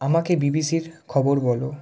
আমাকে বিবিসির খবর বলো